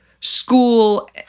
school